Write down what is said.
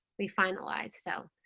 we finalized so